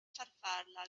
farfalla